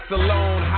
alone